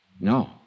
No